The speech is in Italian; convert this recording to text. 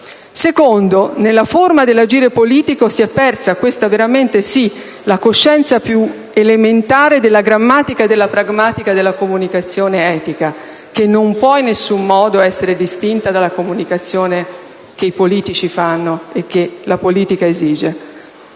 luogo, nella forma dell'agire politico si è persa - questa veramente sì - la coscienza più elementare della grammatica e della pragmatica della comunicazione etica, che non può in alcun modo essere distinta dalla comunicazione che i politici fanno e che la politica esige.